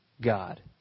God